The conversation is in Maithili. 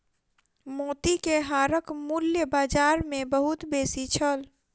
मोती के हारक मूल्य बाजार मे बहुत बेसी छल